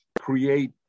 create